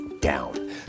down